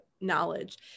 knowledge